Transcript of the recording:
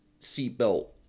seatbelt